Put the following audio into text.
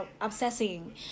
obsessing